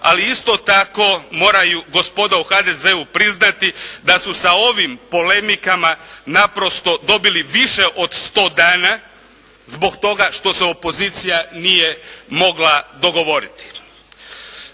Ali isto tako moraju gospoda u HDZ-u priznati da su sa ovim polemikama naprosto dobili više od 100 dana zbog toga što se opozicija nije mogla dogovoriti.